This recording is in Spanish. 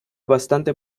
bastante